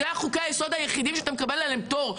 אלה חוקי היסוד היחידים שאתה מקבל עליהם פטור,